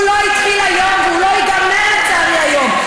הוא לא התחיל היום, והוא לא ייגמר, לצערי, היום.